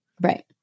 Right